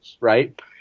Right